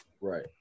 Right